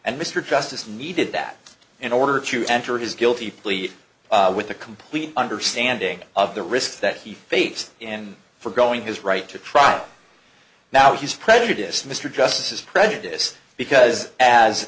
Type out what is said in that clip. and mr justice needed that in order to enter his guilty plea with a complete understanding of the risks that he faced and for going his right to trial now he's prejudiced mr justice is prejudice because as